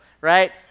Right